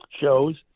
shows